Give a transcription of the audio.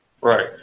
Right